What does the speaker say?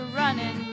running